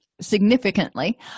significantly